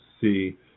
see